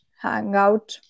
hangout